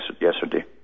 yesterday